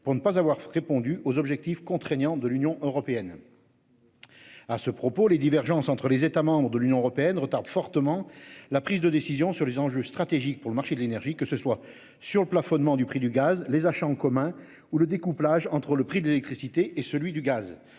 pour ne pas avoir fait répondu aux objectifs contraignants de l'Union européenne.-- À ce propos, les divergences entre les États de l'Union européenne retarde fortement la prise de décision sur les enjeux stratégiques pour le marché de l'énergie, que ce soit sur le plafonnement du prix du gaz, les achats en commun ou le découplage entre le prix de l'électricité et celui du gaz.